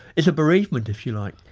it's a bereavement, if you like,